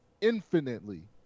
infinitely